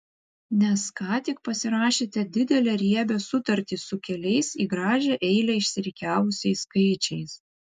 nes ką tik pasirašėte didelę riebią sutartį su keliais į gražią eilę išsirikiavusiais skaičiais